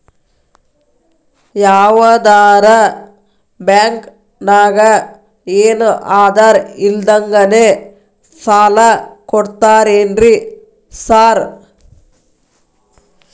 ಯಾವದರಾ ಬ್ಯಾಂಕ್ ನಾಗ ಏನು ಆಧಾರ್ ಇಲ್ದಂಗನೆ ಸಾಲ ಕೊಡ್ತಾರೆನ್ರಿ ಸಾರ್?